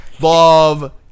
Love